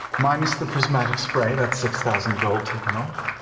minus the prismatic spray, that's six thousand gold taken off.